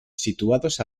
situados